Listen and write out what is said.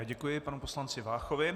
Děkuji panu poslanci Váchovi.